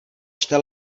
čte